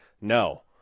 No